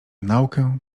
naukę